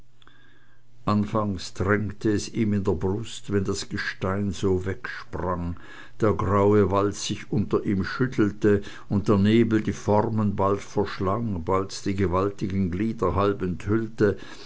anfangs drängte es ihm in der brust wenn das gestein so wegsprang der graue wald sich unter ihm schüttelte und der nebel die formen bald verschlang bald die gewaltigen glieder halb enthüllte